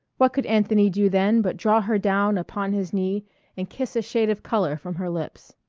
what could anthony do then but draw her down upon his knee and kiss a shade of color from her lips.